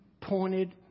pointed